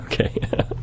Okay